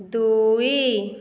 ଦୁଇ